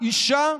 אישה,